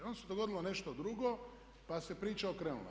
Onda se dogodilo nešto drugo, pa se priča okrenula.